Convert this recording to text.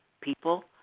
People